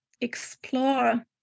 explore